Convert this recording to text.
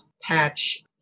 patch